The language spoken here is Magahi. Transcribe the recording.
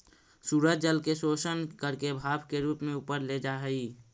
सूरज जल के शोषण करके भाप के रूप में ऊपर ले जा हई